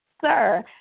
Sir